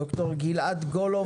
ד"ר גלעד גולוב.